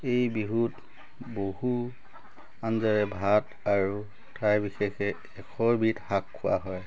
এই বিহুত বহু আঞ্জাৰে ভাত আৰু ঠাই বিশেষে এশ এবিধ শাক খোৱা হয়